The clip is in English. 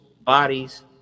bodies